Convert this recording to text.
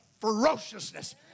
ferociousness